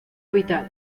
habitado